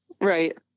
Right